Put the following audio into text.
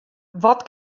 wat